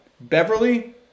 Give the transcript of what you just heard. Beverly